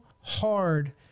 hard